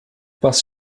pas